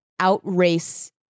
outrace